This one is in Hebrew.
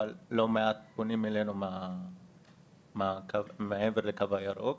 אבל לא מעט פונים אלינו מעבר לקו הירוק.